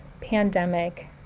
pandemic